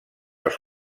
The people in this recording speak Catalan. els